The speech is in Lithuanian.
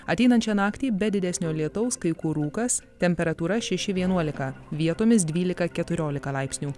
ateinančią naktį be didesnio lietaus kai kur rūkas temperatūra šeši vienuolika vietomis dvylika keturiolika laipsnių